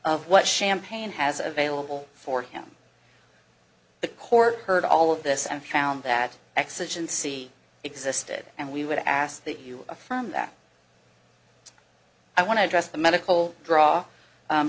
of what champagne has available for him the court heard all of this and found that exigency existed and we would ask that you affirm that i want to address the medical draw